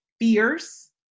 fierce